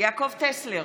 יעקב טסלר,